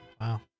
wow